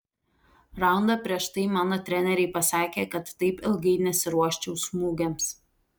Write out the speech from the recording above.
raundą prieš tai mano treneriai pasakė kad taip ilgai nesiruoščiau smūgiams